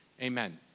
Amen